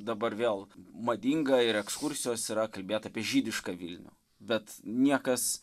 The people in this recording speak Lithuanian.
dabar vėl madinga ir ekskursijos yra kalbėt apie žydišką vilnių bet niekas